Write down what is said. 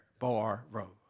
barrow